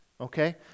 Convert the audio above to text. Okay